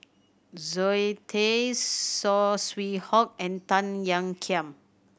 Zoe Tay Saw Swee Hock and Tan Ean Kiam